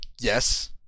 yes